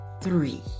three